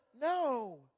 No